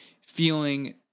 feeling